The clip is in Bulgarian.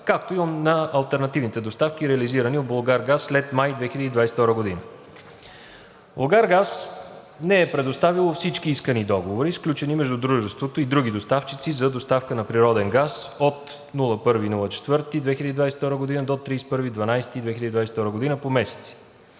както и на алтернативните доставки, реализирани от „Булгаргаз“ след май 2022 г. „Булгаргаз“ не е предоставило всички искани договори, сключени между дружеството и други доставчици за доставка на природен газ от 1 април 2022 г. до 31 декември 2022 г. по месеци.